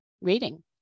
reading